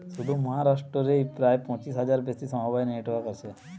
শুধু মহারাষ্ট্র রেই প্রায় পঁচিশ হাজারের বেশি সমবায় নেটওয়ার্ক আছে